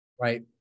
right